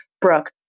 Brooke